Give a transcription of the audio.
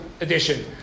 edition